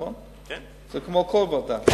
זה כמו כל ועדה?